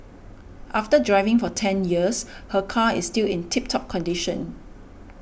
after driving for ten years her car is still in tip top condition